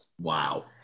Wow